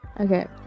Okay